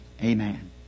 amen